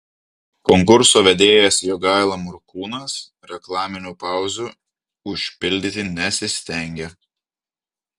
konkurso vedėjas jogaila morkūnas reklaminių pauzių užpildyti nesistengė